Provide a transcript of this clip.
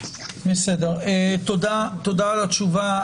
תודה על התשובה.